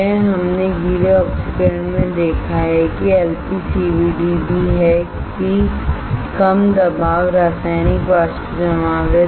यह हमने गीले ऑक्सीकरण में देखा है कि LPCVD भी है कि कम दबाव रासायनिक वाष्प जमाव है